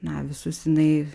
na visus jinai